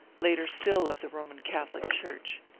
later still of the roman catholic church.